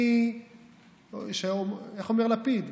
איך אומר לפיד?